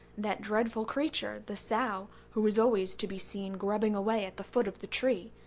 that dreadful creature, the sow, who is always to be seen grubbing away at the foot of the tree,